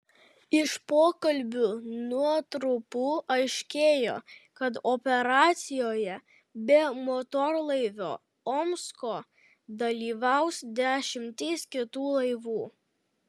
iš pokalbių nuotrupų aiškėjo kad operacijoje be motorlaivio omsko dalyvaus dešimtys kitų laivų